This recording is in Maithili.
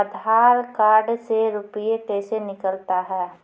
आधार कार्ड से रुपये कैसे निकलता हैं?